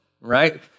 right